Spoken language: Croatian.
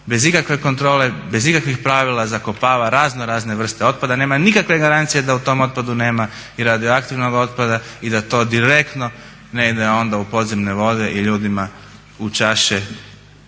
bez ikakve kontrole, bez ikakvih pravila zakopava raznorazne vrste otpada, nema nikakve garancije da u tom otpadu nema i radioaktivnog otpada i da to direktno ne ide onda u podzemne vode i ljudima u čaše